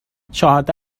چهارده